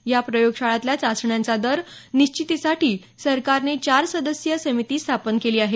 या प्रयोगशाळातल्या चाचण्यांच्या दर निश्चितीसाठी सरकारने चार सदस्यीय समिती स्थापन केली आहे